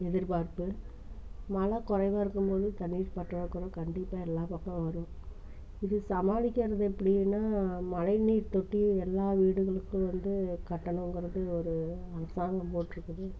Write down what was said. எதிர்பார்ப்பு மழை குறைவாக இருக்கும் போது தண்ணீர் பற்றாக்குறை கண்டிப்பாக எல்லா பக்கம் வரும் இது சமாளிக்கறது எப்படின்னா மழை நீர் தொட்டிய எல்லா வீடுகளுக்கு வந்து கட்டணுங்கிறது ஒரு அரசாங்கம் போட்டிருக்குது